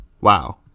Wow